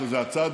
שזה הצעד